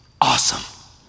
awesome